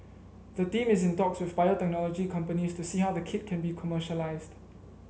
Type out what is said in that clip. the team is in talks with biotechnology companies to see how the kit can be commercialised